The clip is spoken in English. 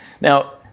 Now